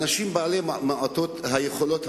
מעוטי היכולת,